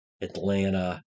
Atlanta